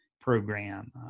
program